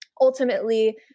ultimately